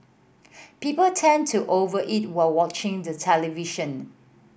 people tend to over eat while watching the television